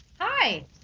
Hi